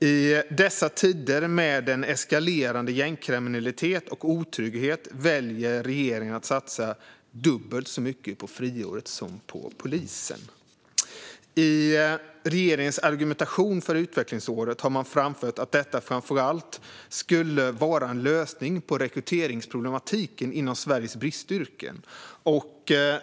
I dessa tider med eskalerande gängkriminalitet och otrygghet väljer regeringen att satsa dubbelt så mycket på friåret som på polisen. I regeringens argumentation för utvecklingsåret har man framfört att detta framför allt skulle vara en lösning på rekryteringsproblematiken inom Sveriges bristyrken.